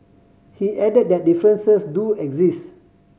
he added that differences do exist